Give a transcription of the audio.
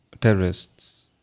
terrorists